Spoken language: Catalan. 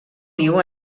niu